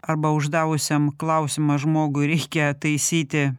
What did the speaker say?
arba uždavusiam klausimą žmogui reikia taisyti